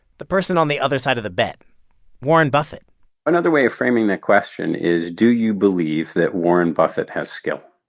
the person on the other side of the bet warren buffett another way of framing the question is do you believe that warren buffett has skill?